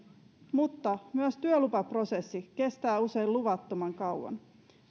mutta myös työlupaprosessi kestää usein luvattoman kauan